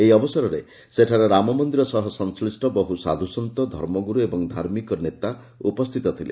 ଏହି ଅବସରରେ ସେଠାରେ ରାମ ମନ୍ଦିର ସହ ସଂଶ୍ଳିଷ୍ଟ ବହୁ ସାଧୁସନ୍ତୁ ଧର୍ମଗୁରୁ ଓ ଧାର୍ମିକ ନେତା ଉପସ୍ଥିତ ଥିଲେ